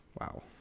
Wow